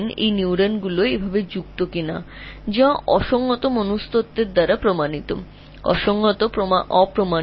এই নিউরনগুলি এভাবে যুক্ত হচ্ছে কিনা তা অনুমান কর যা আংশিকভাবে মনোবিজ্ঞানের সাথে প্রমাণিত আংশিকভাবে অপ্রমাণিত